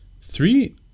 Three